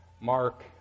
Mark